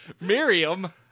Miriam